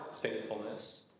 faithfulness